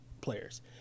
players